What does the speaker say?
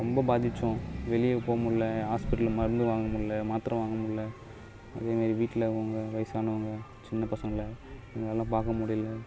ரொம்ப பாதிச்சோம் வெளியே போமுடில ஹாஸ்பிட்டலு மருந்து வாங்க முடில மாத்தரை வாங்க முடில எங்கள் வீட்டில் உள்ள வயிசானவங்க சின்ன பசங்களை இவங்களையெல்லாம் பார்க்க முடியல